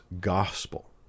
gospel